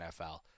NFL